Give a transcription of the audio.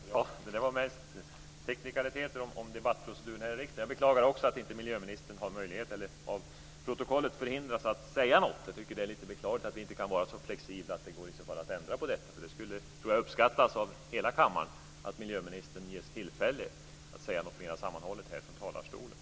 Fru talman! Det där var mest teknikaliteter om debattproceduren här i riksdagen. Jag beklagar också att miljöministern av protokollet förhindras att säga något. Det är lite beklagligt att vi inte kan vara så flexibla att det går att ändra på detta. Jag tror att det skulle uppskattas av hela kammaren om miljöministern gavs tillfälle att säga något mer sammanhållet här från talarstolen.